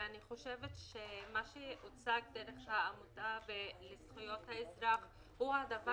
ואני חושבת שמה שהוצג על ידי העמותה לזכויות האזרח הוא הדבר